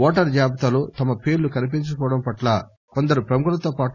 voter జాబితాలో తమ పేర్లు కనిపించకపోవడం పట్ల కొందరు ప్రముఖులతో పాటు